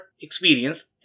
experience